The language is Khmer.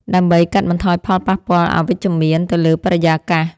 ដើម្បីកាត់បន្ថយផលប៉ះពាល់អវិជ្ជមានទៅលើបរិយាកាស។